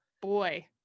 Boy